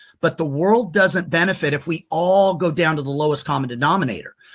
but the world doesn't benefit if we all go down to the lowest common denominator.